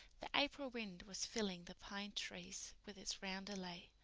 the april wind was filling the pine trees with its roundelay,